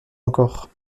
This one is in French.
encore